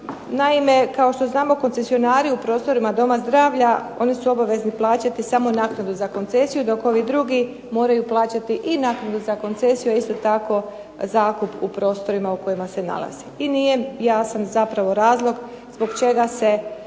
Naime, kao što znamo, koncesionari u prostorima doma zdravlja oni su obavezni plaćati samo naknadu za koncesiju dok ovi drugi moraju plaćati i naknadu za koncesiju, a isto tako zakup u prostorima u kojima se nalazi. I nije jasan zapravo razlog zbog čega se